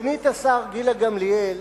סגנית השר גילה גמליאל